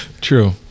True